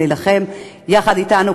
להילחם יחד אתנו,